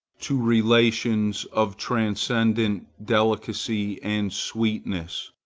to relations of transcendent delicacy and sweetness,